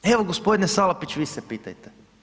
Evo gospodine Salapić, vi se pitajte.